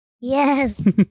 Yes